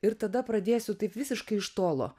ir tada pradėsiu taip visiškai iš tolo